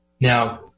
Now